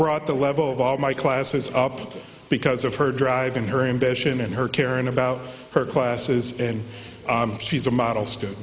brought the level of my classes up because of her driving her ambition and her caring about her classes and she's a model st